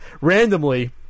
randomly